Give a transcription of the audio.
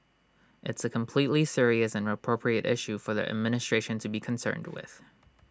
it's A completely serious and appropriate issue for the administration to be concerned with